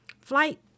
flight